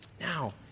Now